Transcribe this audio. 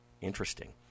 Interesting